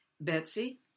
Betsy